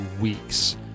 weeks